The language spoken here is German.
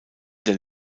der